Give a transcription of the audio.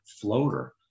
floater